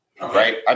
Right